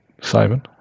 Simon